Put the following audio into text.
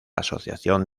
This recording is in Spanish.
asociación